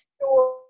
store